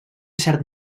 cert